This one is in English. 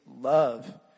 love